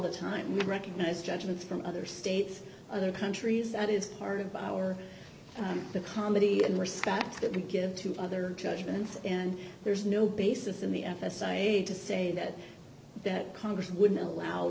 the time we recognize judgments from other states other countries that is part of our the comedy in respect that would give to other judgments and there's no basis in the f s a to say that that congress would allow